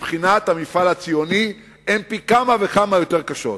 מבחינת המפעל הציוני הן פי כמה וכמה יותר קשות.